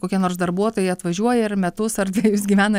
kokie nors darbuotojai atvažiuoja ir metus ar dvejus gyvena